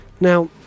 Now